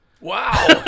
Wow